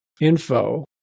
info